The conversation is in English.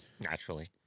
Naturally